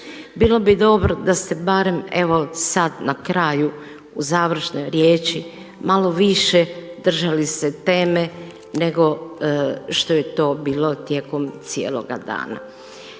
Bilo bi dobro da ste barem evo sada na kraju u završnoj riječi malo više držali se teme, nego što je to bilo tijekom cijeloga danas.